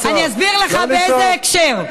אני אסביר לך באיזה הקשר.